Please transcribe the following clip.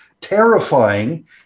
terrifying